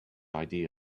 idea